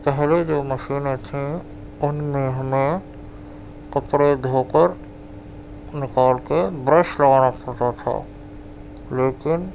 پہلے جو مشینیں تھیں ان میں ہمیں کپڑے دھو کر نکال کے برش لگانا پڑتا تھا لیکن